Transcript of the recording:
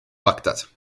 bagdad